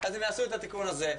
אז הם יעשו את התיקון הזה.